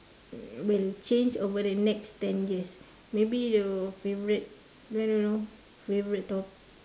will change over the next ten years maybe your favourite I don't know your favourite top~